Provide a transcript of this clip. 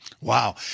Wow